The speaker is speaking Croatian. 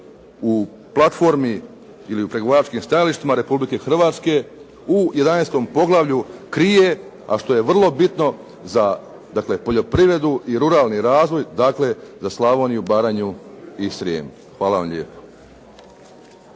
u platformi ili u pregovaračkim stajalištima Republike Hrvatske u 11. poglavlju krije, a što je vrlo bitno za poljoprivredu i ruralni razvoj, dakle za Slavoniju, Baranju i Srijem. Hvala vam lijepo.